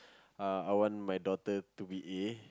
uh I want my daughter to be A